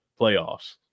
playoffs